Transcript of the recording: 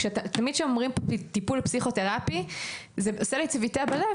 תמיד כשאומרים טיפול פסיכותרפי זה עושה לי צביטה בלב,